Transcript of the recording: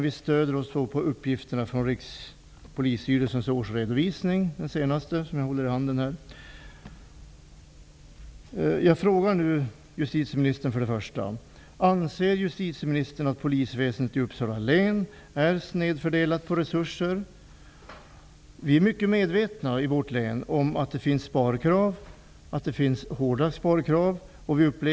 Vi stöder oss på uppgifter från Rikspolisstyrelsens senaste årsredovisning. Anser justitieministern att polisväsendet i Uppsala län råkat ut för snedfördelning vad gäller resurser? Vi är i vårt län mycket medvetna om att det finns hårda sparkrav.